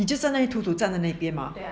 你就站在土土站在那边吗